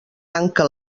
tanca